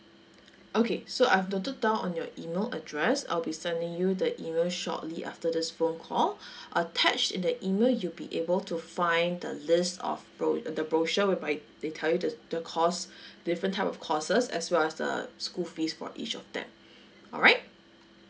okay so I've noted down on your email address I'll be sending you the email shortly after this phone call attached in the email you'll be able to find the list of bro~ the brochure whereby they tell you the the course different type of courses as well as the school fees for each of them alright